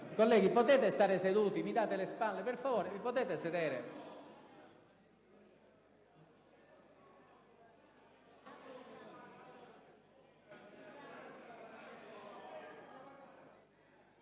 Colleghi, potete stare seduti? Mi state dando le spalle. Per favore, vi potete sedere?